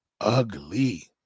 Ugly